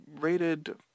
rated